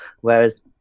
Whereas